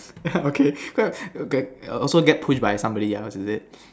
okay cause err also get pushed by somebody else is it